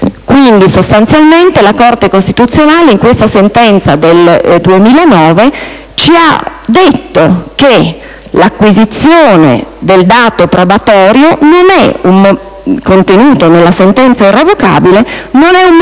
Quindi, sostanzialmente, la Corte costituzionale in questa sentenza del 2009 ci ha detto che l'acquisizione del dato probatorio contenuto nella sentenza irrevocabile non è